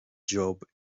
job